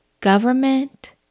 Government